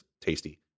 tasty